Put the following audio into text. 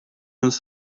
nos